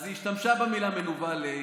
אז היא כן השתמשה במילה "מנוול".